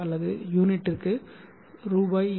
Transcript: அல்லது யூனிட்டுக்கு ரூ ஏ